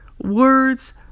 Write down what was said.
Words